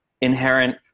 inherent